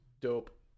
dope